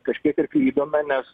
kažkiek ir klydome nes